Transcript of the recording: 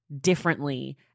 differently